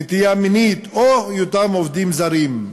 נטייה מינית או היותם עובדים זרים.